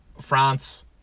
France